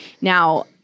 Now